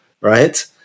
right